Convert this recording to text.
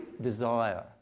desire